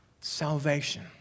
salvation